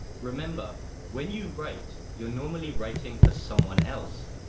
remember, when you write, you're normally writing for someone else,